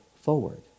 forward